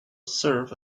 serves